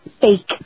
fake